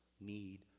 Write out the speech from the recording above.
need